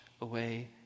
away